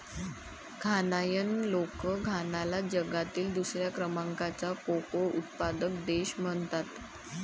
घानायन लोक घानाला जगातील दुसऱ्या क्रमांकाचा कोको उत्पादक देश म्हणतात